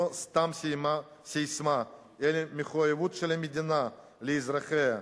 סתם ססמה אלא מחויבות של המדינה לאזרחיה,